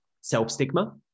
self-stigma